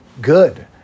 good